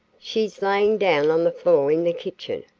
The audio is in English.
she's layin' down on the floor in the kitchen.